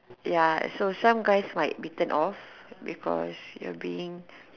ya so some guys might be turned off because you're being